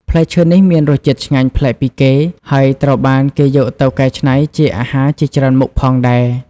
ផ្លែឈើនេះមានរសជាតិឆ្ងាញ់ប្លែកពីគេ ហើយត្រូវបានគេយកទៅកែច្នៃជាអាហារជាច្រើនមុខផងដែរ។